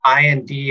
IND